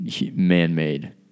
man-made